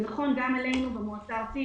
זה נכון גם לנו במועצה הארצית,